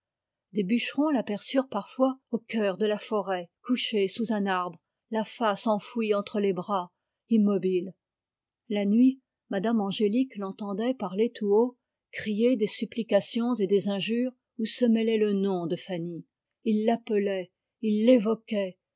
des bûcherons l'aperçurent parfois au cœur de la forêt couché sous un arbre la face enfouie entre les bras immobile la nuit mme angélique l'entendait parler tout haut crier des supplications et des injures où se mêlait le nom de fanny il l'appelait il l'évoquait